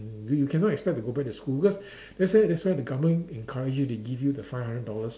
you you cannot expect to go back to school because that's why that's why the government encourage you they give you the five hundred dollars